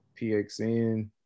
PXN